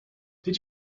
did